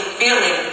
feeling